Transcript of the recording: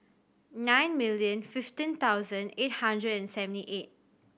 nine million fifteen thousand eight hundred and seventy eight